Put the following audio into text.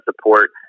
support